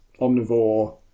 omnivore